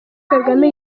kagame